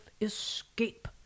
Escape